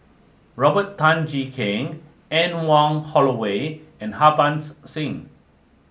Robert Tan Jee Keng Anne Wong Holloway and Harbans Singh